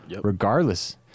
regardless